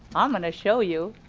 um gonna show you,